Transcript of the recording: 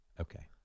Okay